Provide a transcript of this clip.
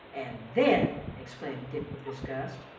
and then, exclaimed dick with disgust,